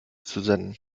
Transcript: zusenden